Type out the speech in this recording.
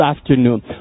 afternoon